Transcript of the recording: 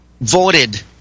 voted